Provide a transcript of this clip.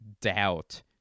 doubt